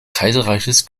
kaiserreichs